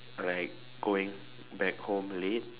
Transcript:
like going back home late